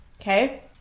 Okay